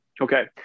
Okay